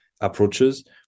approaches